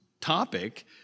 topic